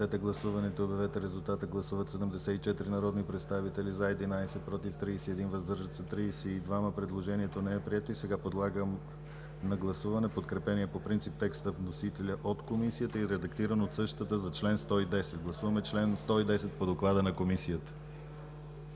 Гласуваме чл. 110 по доклада на Комисията.